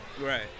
right